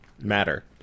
matter